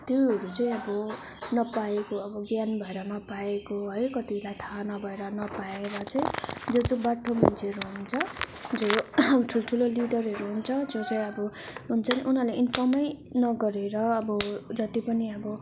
त्योहरू चाहिँ अब नपाएको अब ज्ञान भएर नपाएको है कतिलाई थाह नभएर नपाएर चाहिँ जो चाहिँ बाठो मान्छेहरू हुन्छ जो ठूल्ठूलो लिडिरहरू हुन्छ जो चाहिँ अब हुन्छन् उनीहरूलाई इन्फर्मै नगरेर अब जति पनि अब